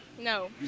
No